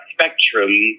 spectrum